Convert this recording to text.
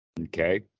Okay